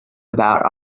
about